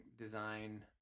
design